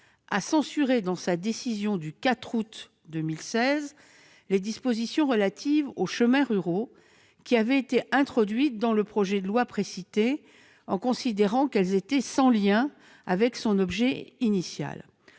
a censuré, dans sa décision du 4 août 2016, les dispositions relatives aux chemins ruraux introduites dans le projet de loi précité, considérant qu'elles étaient sans lien avec son objet initial.